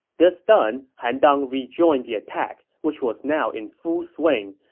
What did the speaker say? this done, han dang rejoined the attack, which was now in full swing.